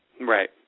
Right